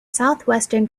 southwestern